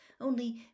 only